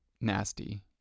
nasty